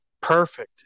perfect